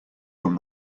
from